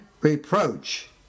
reproach